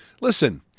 listen